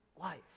life